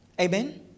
Amen